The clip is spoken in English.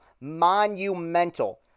monumental